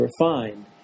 refined